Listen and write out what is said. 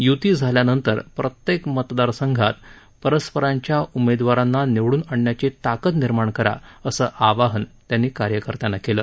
यूती झाल्यानंतर प्रत्येक मतदारसंघात परस्परांच्या उमेदवारांना निवड़न आणण्याची ताकद निर्माण करा असं आवाहन त्यांनी कार्यकर्त्यांना केलं